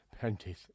panties